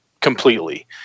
completely